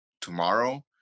tomorrow